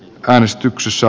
caäänestyksissä